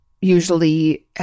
usually